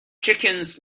chickens